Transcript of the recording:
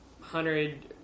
hundred